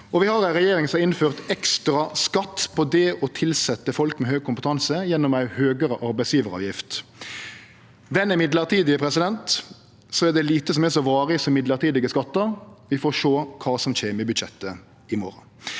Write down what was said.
Vi har ei regjering som har innført ekstra skatt på det å tilsetje folk med høg kompetanse, gjennom høgare arbeidsgjevaravgift. Den er midlertidig, men det er lite som er så varig som midlertidige skattar. Vi får sjå kva som kjem i budsjettet i morgon.